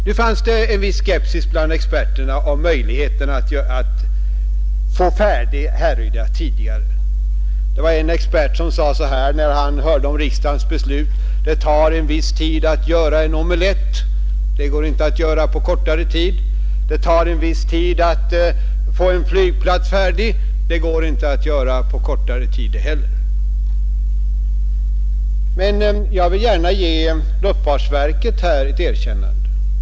Nu fanns det en viss skepsis bland experterna om möjligheterna att få Härrydafältet färdigt tidigare. Det var en expert som sade så här, när han hörde om riksdagens beslut: Det tar en viss tid att göra en omelett — det går inte att göra på kortare tid. Det tar en viss tid att få en flygplats färdig — det går inte att göra på kortare tid det heller. Men jag vill gärna ge luftfartsverket ett erkännande.